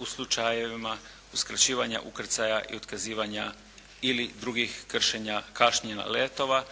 u slučajevima uskraćivanja ukrcaja i otkazivanja ili drugih kršenja kašnjenja letova